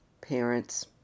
parents